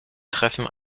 treffen